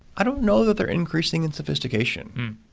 i don't know that they're increasing in sophistication.